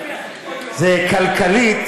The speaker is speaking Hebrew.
זה כלכלית